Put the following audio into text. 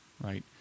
right